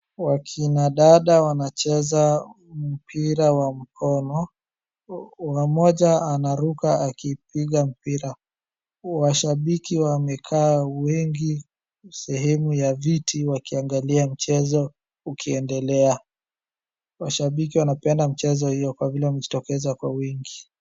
Wa kina dada wanacheza mpira wa mkono. Mmoja anaruka akipiga mpira. Washabiki wamekaa wengi sehemu ya viti wakiangalia mchezo ukiendelea. Mashabiki wanapenda mchezo hiyo kwa vile wamejitokeza kwa wingi.